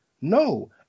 No